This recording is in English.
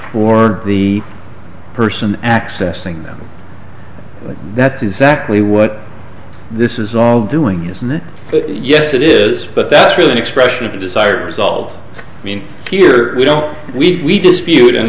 for the person accessing them that the exactly what this is all doing isn't it yes it is but that's really an expression of the desired result i mean here we don't we dispute and